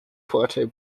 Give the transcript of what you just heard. puerto